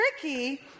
tricky